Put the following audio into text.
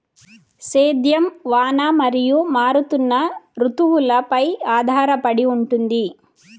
సేద్యం వాన మరియు మారుతున్న రుతువులపై ఆధారపడి ఉంటుంది